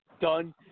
done